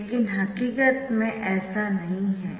लेकिन हकीकत में ऐसा नहीं है